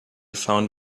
found